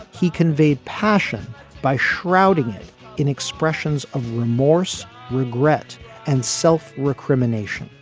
he conveyed passion by shrouding it in expressions of remorse regret and self recrimination.